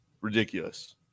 ridiculous